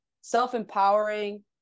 self-empowering